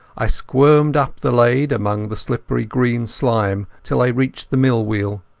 i squirmed up the lade among the slippery green slime till i reached the mill-wheel.